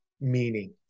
meaning